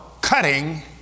cutting